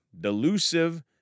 delusive